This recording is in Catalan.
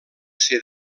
ser